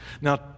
Now